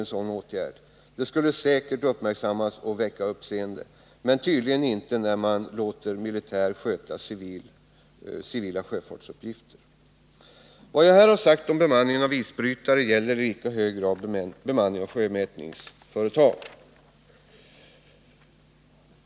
Ett sådan åtgärd skulle säkert väcka mycket stort uppseende, men så tänker man tydligen inte när man låter militär personal sköta civila sjöfartsuppgifter. Vad jag här har sagt om bemanning av isbrytare gäller i lika hög grad bemanningen av sjömätningsfartyg.